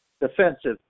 Defensive